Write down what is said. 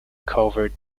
covert